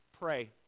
pray